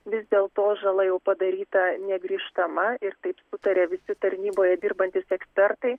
vis dėlto žala jau padaryta negrįžtama ir taip sutarė visi tarnyboje dirbantys ekspertai